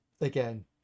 Again